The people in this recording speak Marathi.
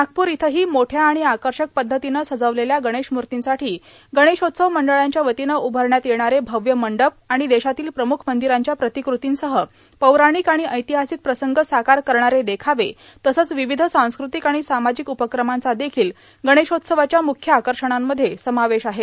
नागपूर इथंही मोठ्या आणि आकर्षक पध्दतीनं सजवलेल्या गणेशमूर्तीसाठी गणेशोत्सव मंडळांच्या वतीनं उभारण्यात येणारे भव्य मंडप आणि देशातील प्रमुख मंदिरांच्या प्रतिकृतींसह पौराणिक आणि ऐतिहासिक प्रसंग साकार करणारे देखावे तसंच विविध सांस्कृतिक आणि सामाजिक उपक्रमांचा देखील गणेशोत्सवाच्या मुख्य आकर्षणांमध्ये समावेश आहे